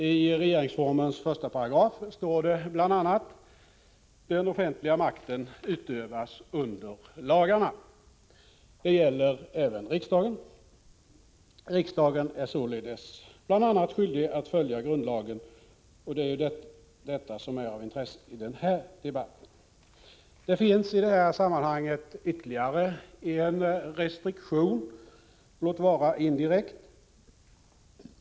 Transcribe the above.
I regeringsformens första paragraf står det bl.a.: ”Den offentliga makten utövas under lagarna.” Det gäller även riksdagen. Riksdagen är således bl.a. skyldig att följa grundlagen — och det är ju detta som är av intresse i den här debatten. Det finns i detta sammanhang ytterligare en restriktion, låt vara indirekt.